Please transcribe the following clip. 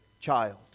child